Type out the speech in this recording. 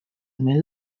mill